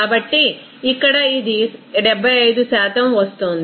కాబట్టి ఇక్కడ ఇది 75 వస్తోంది